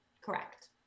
Correct